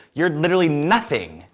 you're literally nothing.